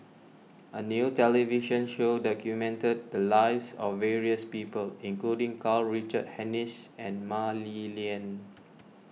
a new television show documented the lives of various people including Karl Richard Hanitsch and Mah Li Lian